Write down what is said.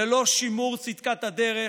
שללא שימור צדקת הדרך,